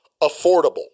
affordable